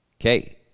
okay